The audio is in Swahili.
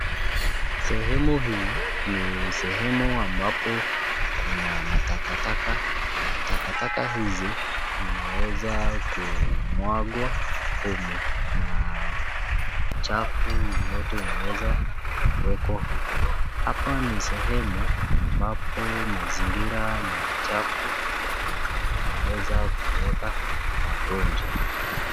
Sehemu hii ni sehemu ambapo kuna matakataka. Na takataka hizi zinaweza kumwagwa humu na chafu yote inaweza kuwekwa huku. Hapa ni sehemu ambapo mazingira ni machafu na yanaweza kuleta magonjwa.